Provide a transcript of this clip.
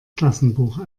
klassenbuch